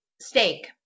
steak